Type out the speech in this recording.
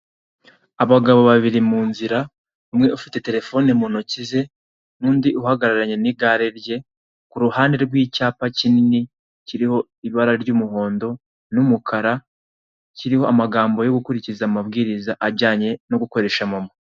Abagabo babiri mu nzira umwe ufite telefone mu ntoki ze n'undi uhagararanye n'igare rye kuruhande rw'icyapa kinini kiriho ibara ry'umuhondo n'umukara kiriho amagambo yo gukurikiza amabwiriza ajyanye no gukoresha momo.